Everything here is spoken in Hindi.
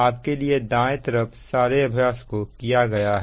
आपके लिए दाएं तरफ सारे अभ्यास को किया गया है